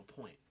point